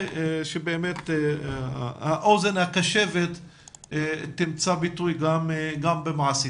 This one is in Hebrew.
שבאמת האוזן הקשבת תמצא ביטוי גם במעשים.